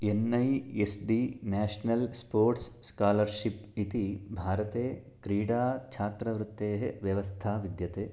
N I S D national sports scholarship इति भारते क्रीडा छात्रवृत्तेः व्यवस्था विद्यते